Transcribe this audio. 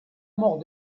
mort